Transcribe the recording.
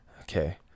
Okay